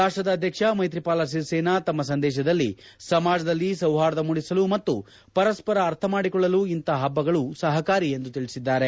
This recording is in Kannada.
ರಾಷ್ಷದ ಅಧ್ಯಕ್ಷ ಮೈತ್ರಿಪಾಲ ಸಿರಿಸೇನಾ ತಮ್ಮ ಸಂದೇಶದಲ್ಲಿ ಸಮಾಜದಲ್ಲಿ ಸೌಪಾರ್ದ ಮೂಡಿಸಲು ಮತ್ತು ಪರಸ್ಪರ ಅರ್ಥ ಮಾಡಿಕೊಳ್ಳಲು ಇಂತಹ ಹಬ್ಬಗಳು ಸಹಕಾರಿ ಎಂದು ತಿಳಿಸಿದ್ದಾರೆ